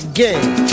game